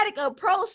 approach